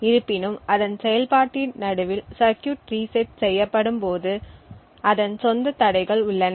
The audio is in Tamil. இருப்பினும் அதன் செயல்பாட்டின் நடுவில் சர்கியூட் ரீசெட் செய்யப்படும் போது அதன் சொந்த தடைகள் உள்ளன